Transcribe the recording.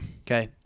Okay